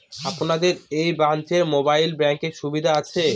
আপনাদের এই ব্রাঞ্চে মোবাইল ব্যাংকের সুবিধে আছে?